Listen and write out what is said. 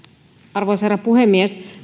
arvoisa herra puhemies